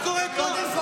את קוראת לו?